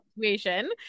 situation